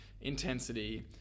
intensity